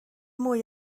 mwy